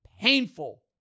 painful